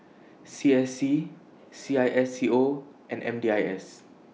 C S C C I S C O and M D I S